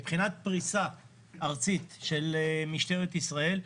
מבחינת פריסה ארצית של משטרת ישראל,